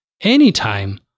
anytime